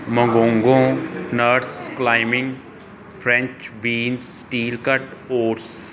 mongongo nuts climbing French bean steel cut oats